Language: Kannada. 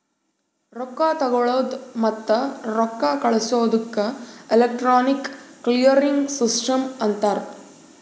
ರೊಕ್ಕಾ ತಗೊಳದ್ ಮತ್ತ ರೊಕ್ಕಾ ಕಳ್ಸದುಕ್ ಎಲೆಕ್ಟ್ರಾನಿಕ್ ಕ್ಲಿಯರಿಂಗ್ ಸಿಸ್ಟಮ್ ಅಂತಾರ್